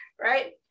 right